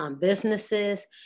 businesses